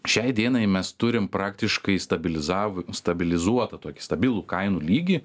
šiai dienai mes turim praktiškai stabilizavo stabilizuotą tokį stabilų kainų lygį